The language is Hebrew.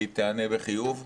תיענה בחיוב,